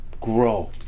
grow